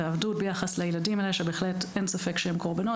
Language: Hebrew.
וביחס לילדים האלה בהחלט אין ספק שהם קרבנות